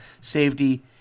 safety